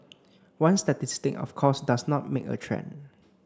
one statistic of course does not make a trend